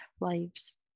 lives